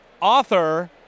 Author